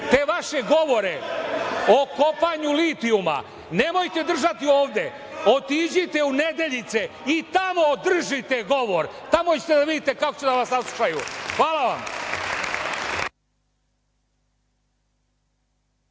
te vaše govore o kopanju litijuma nemojte držati ovde, otiđite u Nedeljice i tamo održite govor, tamo ćete da vidite kako će da vas saslušaju. Hvala vam.